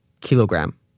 kilogram